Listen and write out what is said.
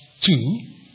two